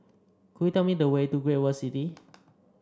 could you tell me the way to Great World City